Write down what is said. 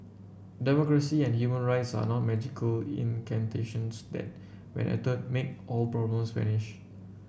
democracy and human rights are not magical incantations that when uttered make all problems vanish